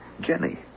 Jenny